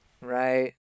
Right